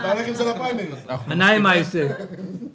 זה במסלול השכר.